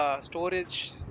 storage